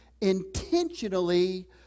intentionally